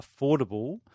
affordable